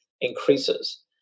increases